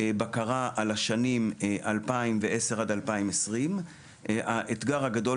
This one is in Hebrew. בקרה על השנים 2010 עד 2020. האתגר הגדול